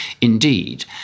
indeed